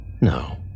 No